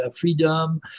freedom